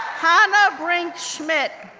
hannah brink schmidt,